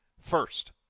first